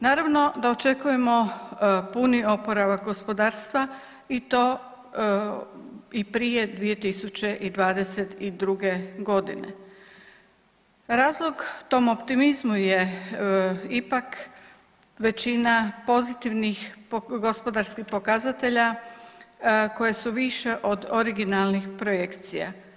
Naravno da očekujemo puni oporavak gospodarstva i to i prije 2022.g. Razlog tom optimizmu je ipak većina pozitivnih gospodarskih pokazatelja koje su više od originalnih projekcija.